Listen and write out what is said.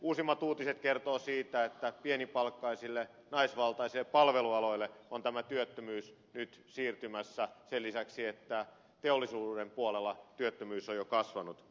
uusimmat uutiset kertovat siitä että pienipalkkaisille naisvaltaisille palvelualoille on tämä työttömyys nyt siirtymässä sen lisäksi että teollisuuden puolella työttömyys on jo kasvanut